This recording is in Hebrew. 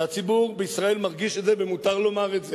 והציבור בישראל מרגיש את זה, ומותר לומר את זה.